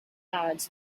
odds